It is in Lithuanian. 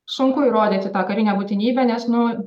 sunku įrodyti tą karinę būtinybę nes nu